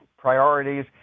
priorities